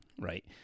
right